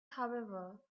however